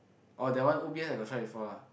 orh that one O_B_S I got try before ah